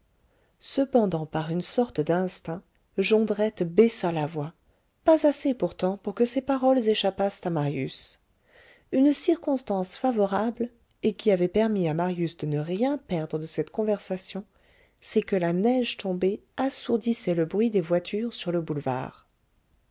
cependant par une sorte d'instinct jondrette baissa la voix pas assez pourtant pour que ses paroles échappassent à marius une circonstance favorable et qui avait permis à marius de ne rien perdre de cette conversation c'est que la neige tombée assourdissait le bruit des voitures sur le boulevard